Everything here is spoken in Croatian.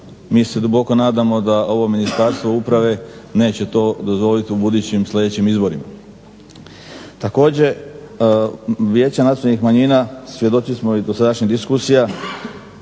Mi se duboko nadamo da ovo Ministarstvo uprave neće to dozvoliti u budućim, sljedećim izborima. Također, Vijeća nacionalnih manjina svjedoci smo i dosadašnjih diskusija,